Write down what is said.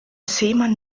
seemann